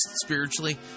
spiritually